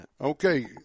Okay